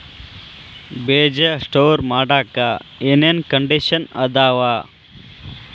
ಬೇಜ ಸ್ಟೋರ್ ಮಾಡಾಕ್ ಏನೇನ್ ಕಂಡಿಷನ್ ಅದಾವ?